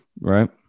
Right